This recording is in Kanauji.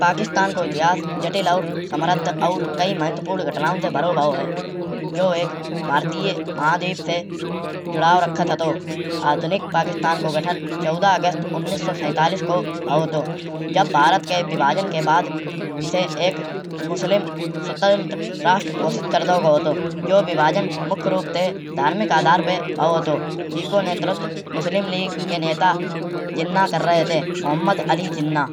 पाकिस्तान को इतिहास जटिल और समृद्ध और कई महत्वपूर्ण घटनाओं ते भरौ भाव है। जौ एक भारतीय महाद्वीप से जुड़ाव राखत हतो। आधुनिक पाकिस्तान को गठन चौदह अगस्त उन्नीस सौ सैतालीस को भाव हतो। जब भारत के विभाजन के बाद इसे एक मुस्लिम स्वतंत्र राष्ट्र घोषीत कर दाओ गाओ। जो विभाजन मुख्य रूप ते धार्मिक आधार पे भाव हतो। जेके नेतृत्व मुस्लिम लीग के नेता जिन्ना कर रहे हते। मोहम्मद अली जिन्ना